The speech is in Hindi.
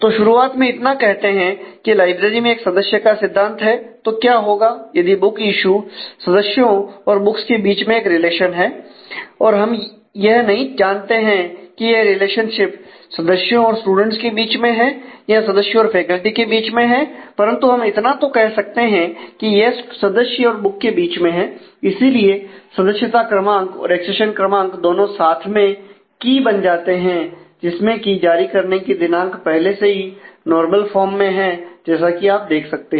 तो शुरुआत में इतना कहते हैं की लाइब्रेरी में एक सदस्य का सिद्धांत है तो क्या होगा यदि बुक इशू सदस्यों के और बुक्स के बीच में एक रिलेशन है और हम यह नहीं जानते हैं कि यह रिलेशनशिप सदस्यों और स्टूडेंट्स के बीच में है या सदस्यों और फैकल्टी के बीच में है परंतु हम इतना तो कह सकते हैं कि यह सदस्य और बुक के बीच में हैं इसीलिए सदस्यता क्रमांक और एक्सेशन क्रमांक दोनों साथ में कि बन जाते हैं जिसमें की जारी करने की दिनांक पहले से ही नॉर्मल फॉर्म में है जैसा कि आप देख सकते हैं